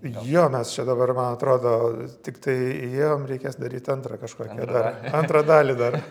jo mes čia dabar man atrodo tiktai jiem reikės daryt antrą kažkokią antrą dalį dar